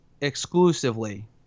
exclusively